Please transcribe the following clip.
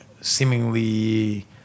seemingly